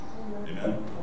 Amen